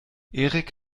erik